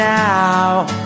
now